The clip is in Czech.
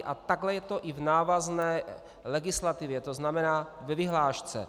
A takhle je to i v návazné legislativě, to znamená ve vyhlášce.